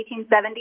1870